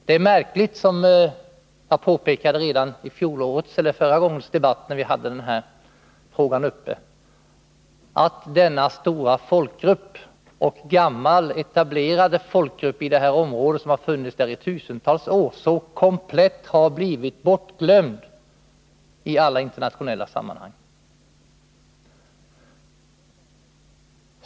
Det är märkligt, som jag påpekade redan förra gången då vi hade frågan uppe, att denna stora folkgrupp — en gammal etablerad folkgrupp som har funnits i området i tusentals år — så komplett har blivit bortglömd i alla internationella sammanhang.